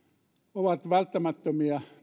ovat välttämättömiä